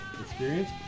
Experience